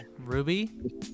Ruby